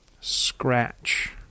scratch